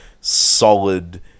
solid